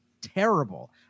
terrible